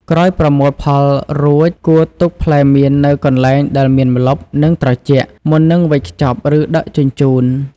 ក្រោយប្រមូលផលរួច គួរទុកផ្លែមៀននៅកន្លែងដែលមានម្លប់ និងត្រជាក់ មុននឹងវេចខ្ចប់ ឬដឹកជញ្ជូន។